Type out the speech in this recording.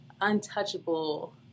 untouchable